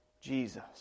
Jesus